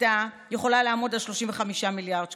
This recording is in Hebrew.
הייתה יכולה לעמוד על 35 מיליארד שקלים.